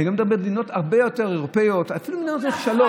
לא כולם פראיירים כמונו.